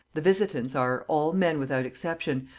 the visitants are, all men without exception,